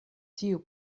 ĉiu